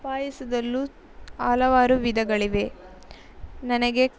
ಪಾಯಸದಲ್ಲೂ ಹಲವಾರು ವಿಧಗಳಿವೆ ನನಗೆ